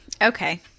Okay